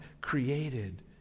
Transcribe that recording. created